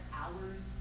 hours